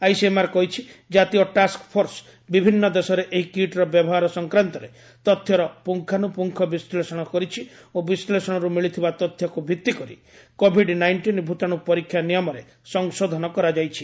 ICMR କହିଛି ଜାତୀୟ task force ବିଭିନ୍ନ ଦେଶରେ ଏହି କିଟ୍ର ବ୍ୟବହାର ସଂକ୍ରାନ୍ତରେ ତଥ୍ୟର ପୁଙ୍ଗାନୁପୁଙ୍ଗ ବିଶ୍ଳେଷଣ କରିଛି ଓ ବିଶ୍ଳେଷଣରୁ ମିଳିଥିବା ତଥ୍ୟକୁ ଭିଭିକରି କୋଭିଡ ନାଇଷ୍ଟିନ୍ ଭୂତାଣୁ ପରୀକ୍ଷା ନିୟମରେ ସଂଶୋଧନ କରାଯାଇଛି